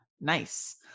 nice